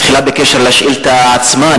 תחילה בעניין השאילתא עצמה.